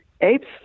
apes